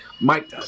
Mike